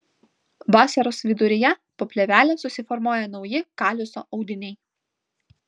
vasaros viduryje po plėvele susiformuoja nauji kaliuso audiniai